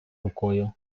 рукою